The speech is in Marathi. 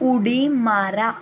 उडी मारा